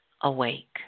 awake